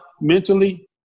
mentally